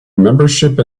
membership